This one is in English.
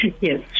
Yes